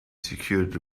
secured